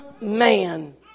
man